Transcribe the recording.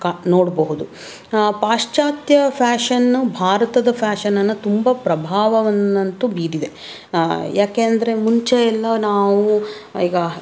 ಕಾಣ್ ನೋಡಬಹುದು ಪಾಶ್ಚಾತ್ಯ ಫ್ಯಾಷನ್ನು ಭಾರತದ ಫ್ಯಾಷನನ್ನು ತುಂಬ ಪ್ರಭಾವವನ್ನಂತೂ ಬೀರಿದೆ ಯಾಕೆಂದರೆ ಮುಂಚೆ ಎಲ್ಲ ನಾವು ಈಗ